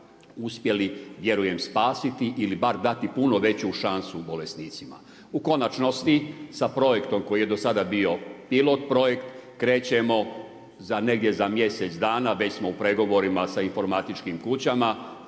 izlječiva vjerujem spasiti ili bar dati puno veću šansu bolesnicima. U konačnosti, sa projektom koji je do sada bio pilot projekt krećemo za negdje za mjesec dana. Već smo u pregovorima sa informatičkim kućama,